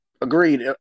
Agreed